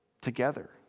together